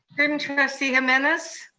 student trustee jimenez.